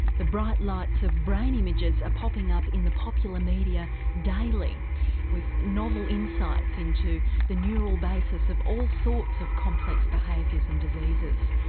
the bright lights of brain images are popping up in the popular media daily with novel insights into the neural basis of all sorts of complex behaviours and diseases.